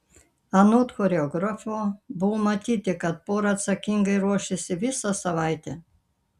anot choreografo buvo matyti kad pora atsakingai ruošėsi visą savaitę